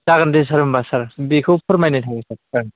जागोन दे सार होमब्ला सार बेखौ फोरमायनाय थाहैबाय